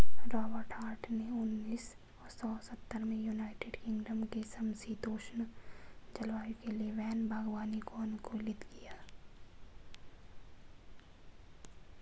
Robert Hart ने उन्नीस सौ सत्तर में यूनाइटेड किंगडम के समषीतोष्ण जलवायु के लिए वैन बागवानी को अनुकूलित किया